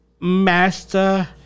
Master